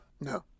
No